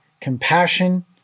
compassion